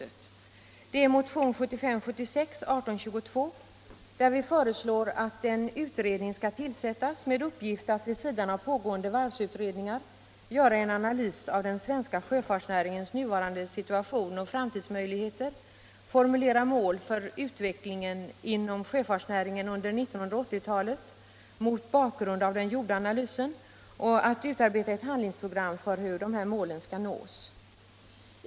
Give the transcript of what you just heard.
Det är motion 1975/76:1822, där vi föreslår att en utredning skall tillsättas med uppgift att vid sidan av pågående varvsutredningar göra en analys av den svenska sjöfartsnäringens nuvarande situation och framtidsmöjligheter, formulera mål för utvecklingen inom sjöfartsnäringen under 1980-talet mot bakgrund av den gjorda analysen och utarbeta ett handlingsprogram för hur dessa mål skall nås.